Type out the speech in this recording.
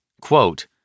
quote